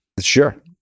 Sure